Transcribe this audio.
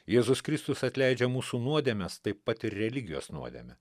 jėzus kristus atleidžia mūsų nuodėmes taip pat ir religijos nuodėmę